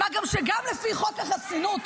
מה גם שגם לפי חוק החסינות,